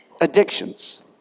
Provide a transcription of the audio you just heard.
Addictions